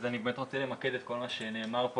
אז אני רוצה למקד את כל מה שנאמר פה